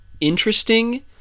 interesting